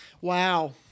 Wow